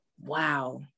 Wow